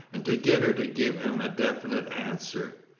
and to get her to give him a definite answer.